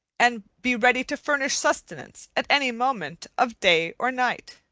and be ready to furnish sustenance at any moment of day or night